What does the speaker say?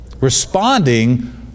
Responding